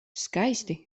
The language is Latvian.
skaisti